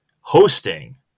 hosting